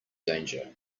danger